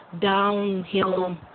downhill